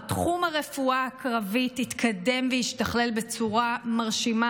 תחום הרפואה הקרבית התקדם והשתכלל בצורה מרשימה.